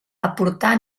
aportà